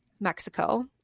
Mexico